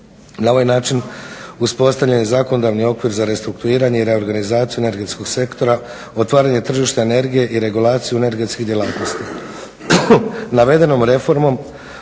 Na ovaj način uspostavljen je i zakonodavni okvir za restrukturiranje i reorganizaciju energetskog sektora, otvaranja tržišta energije i regulaciju energetskih djelatnosti.